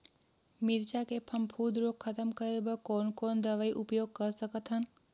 मिरचा के फफूंद रोग खतम करे बर कौन कौन दवई उपयोग कर सकत हन?